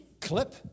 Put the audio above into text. Clip